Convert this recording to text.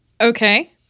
okay